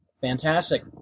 Fantastic